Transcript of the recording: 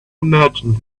imagine